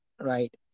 right